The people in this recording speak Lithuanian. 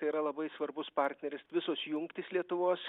tai yra labai svarbus partneris visos jungtys lietuvos